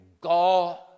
God